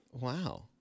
Wow